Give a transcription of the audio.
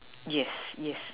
yes yes